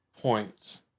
points